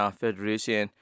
federation